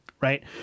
right